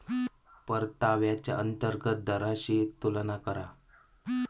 परताव्याच्या अंतर्गत दराशी तुलना करा